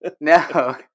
no